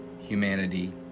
humanity